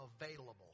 available